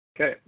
Okay